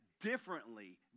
differently